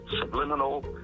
subliminal